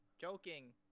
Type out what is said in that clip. joking